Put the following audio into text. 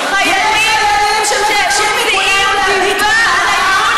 הם חיילים שמוציאים דיבה על הארגון